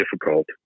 difficult